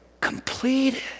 Completed